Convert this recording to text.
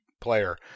player